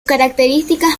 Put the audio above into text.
características